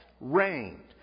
reigned